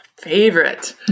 Favorite